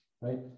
right